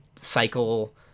cycle